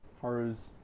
Haru's